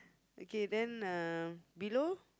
okay then uh below